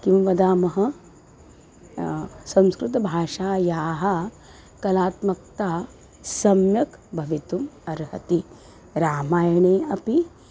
किं वदामः संस्कृतभाषायाः कलात्मकता सम्यक् भवितुम् अर्हति रामायणे अपि